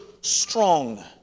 strong